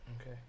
Okay